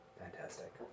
fantastic